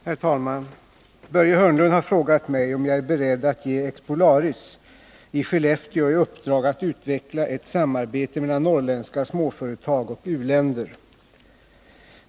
Herr talman! Börje Hörnlund har frågat mig om jag är beredd att ge Expolaris i Skellefteå i uppdrag att utveckla ett samarbete mellan norrländska småföretag och u-länder.